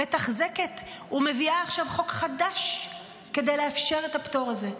מתחזקת ומביאה עכשיו חוק חדש כדי לאפשר את הפטור הזה.